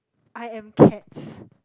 I am cats